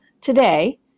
today